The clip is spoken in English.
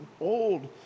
old